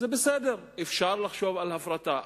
זה בסדר, אפשר לחשוב על הפרטה.